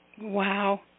Wow